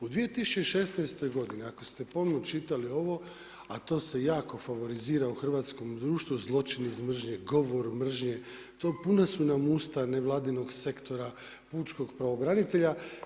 U 2016. godini ako ste pomno čitali ovo a to se jako favorizira u hrvatskom društvu zločin iz mržnje, govor mržnje, puna su nam usta nevladinog sektora pučkog pravobranitelja.